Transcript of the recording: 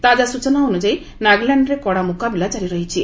ତାଜା ସ୍ଚନା ଅନ୍ୟଯାୟୀ ନାଗାଲାଣ୍ଡରେ କଡ଼ା ମୁକାବିଲା କାରି ରହିଛି